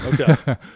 Okay